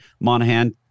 Monahan